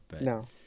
No